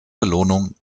belohnung